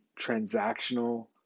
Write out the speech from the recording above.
transactional